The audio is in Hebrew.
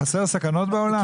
חסרות סכנות בעולם?